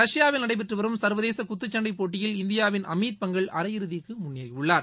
ரஷ்யாவில் நடைபெற்று வரும் சர்வதேச குத்துச்சன்டை போட்டியில் இந்தியாவின் அமீத் பங்கல் அரையிறுதிக்கு முன்னேறியுள்ளார்